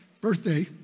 birthday